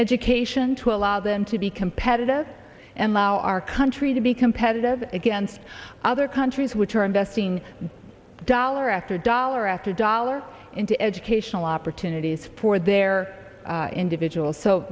education to allow them to be competitive and now our country to be competitive against other countries which are investing dollar after dollar after dollar into educational opportunities for their individuals so